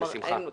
בשמחה.